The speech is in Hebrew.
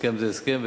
הסכם זה הסכם,